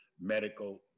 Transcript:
medical